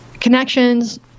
connections